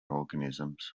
organisms